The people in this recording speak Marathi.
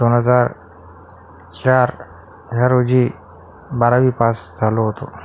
दोन हजार चार ह्या रोजी बारावी पास झालो होतो